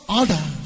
order